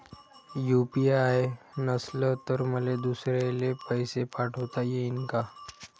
UPI नसल तर मले दुसऱ्याले पैसे पाठोता येईन का?